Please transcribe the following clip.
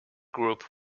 group